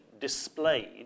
displayed